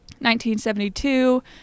1972